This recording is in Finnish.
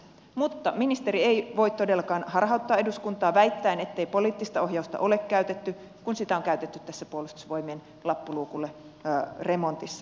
mutta ministeri ei voi todellakaan harhauttaa eduskuntaa väittäen ettei poliittista ohjausta ole käytetty kun sitä on käytetty tässä puolustusvoimien lappu luukulle remontissa